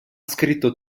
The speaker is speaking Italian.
scritto